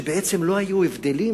שבעצם לא היו הבדלים